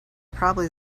probably